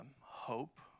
hope